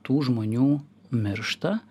tų žmonių miršta